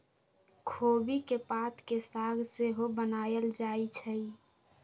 खोबि के पात के साग सेहो बनायल जाइ छइ